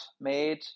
made